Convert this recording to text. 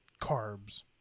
carbs